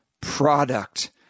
product